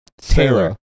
Taylor